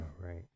right